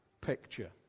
picture